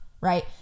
right